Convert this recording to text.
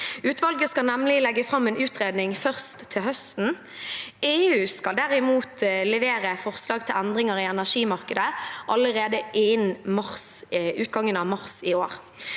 Utvalget skal nemlig legge fram en utredning først til høsten. EU skal derimot levere forslag til endringer i energimarkedet allerede innen utgangen av mars i år.